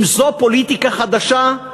אם זו פוליטיקה חדשה,